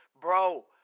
bro